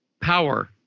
power